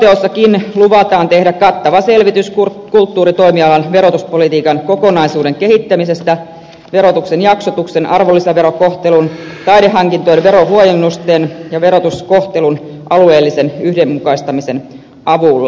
selonteossakin luvataan tehdä kattava selvitys kulttuuritoimialan verotuspolitiikan kokonaisuuden kehittämisestä verotuksen jaksotuksen arvonlisäverokohtelun taidehankintojen verohuojennusten ja verotuskohtelun alueellisen yhdenmukaistamisen avulla